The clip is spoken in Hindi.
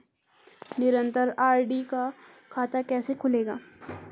निरन्तर आर.डी का खाता कैसे खुलेगा?